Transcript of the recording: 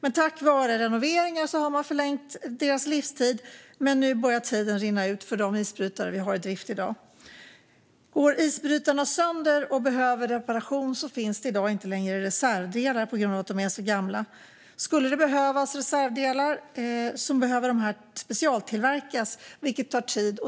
men tack vare renoveringar har man förlängt deras livstid. Nu börjar dock tiden rinna ut för de isbrytare vi har i drift i dag. Går isbrytarna sönder och behöver reparation finns det inte längre reservdelar på grund av att fartygen är så gamla. Skulle det behövas reservdelar måste dessa specialtillverkas, vilket tar tid.